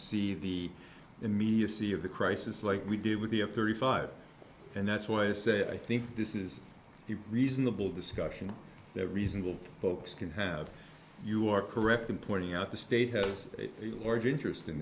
see the immediacy of the crisis like we did with the f thirty five and that's why i say i think this is a reasonable discussion that reasonable folks can have you are correct in pointing out the state has a large interest in